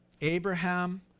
Abraham